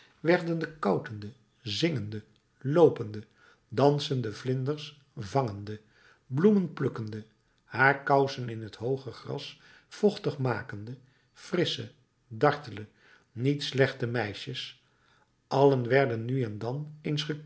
werden de koutende zingende loopende dansende vlinders vangende bloemen plukkende haar kousen in het hooge gras vochtig makende frissche dartele niet slechte meisjes allen werden nu en dan